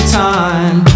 time